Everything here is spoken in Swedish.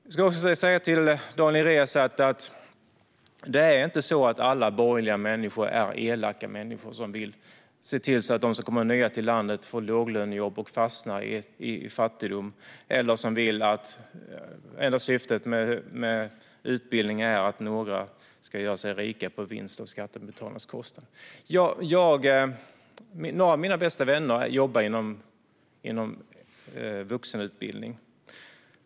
Till Daniel Riazat vill jag säga att det inte är så att alla borgerliga människor är elaka människor som vill se till att de som kommer som nya till landet får låglönejobb och fastnar i fattigdom. Det är inte heller så att vi anser att syftet med utbildning är att några ska göra sig rika på vinster på skattebetalarnas bekostnad. Några av mina bästa vänner jobbar inom vuxenutbildning.